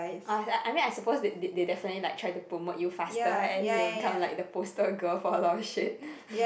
uh I mean I suppose they they definitely like try to promote you faster and you will become like the poster girl for a lot of shit